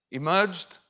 emerged